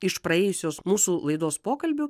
iš praėjusios mūsų laidos pokalbių